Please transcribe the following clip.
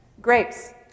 grapes